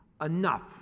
enough